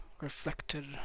reflected